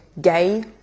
gay